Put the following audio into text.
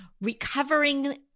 recovering